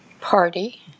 party